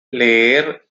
leer